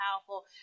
powerful